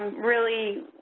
really,